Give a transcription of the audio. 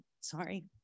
sorry